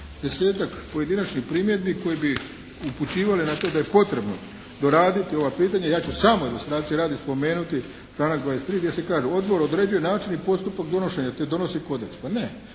10-tak pojedinačnih primjedbi koje bi upućivali na to da je potrebno doraditi ova pitanja, ja ću samo ilustracije radi spomenuti članak 23. gdje se kaže odbor određuje način i postupak donošenja te donosi kodeks. Pa ne,